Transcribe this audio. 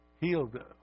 healed